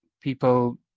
people